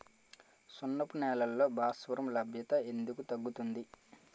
సున్నపు నేలల్లో భాస్వరం లభ్యత ఎందుకు తగ్గుతుంది?